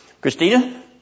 Christina